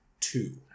two